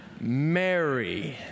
Mary